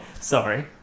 Sorry